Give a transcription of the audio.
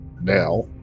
now